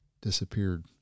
disappeared